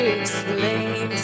explain